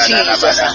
Jesus